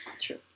True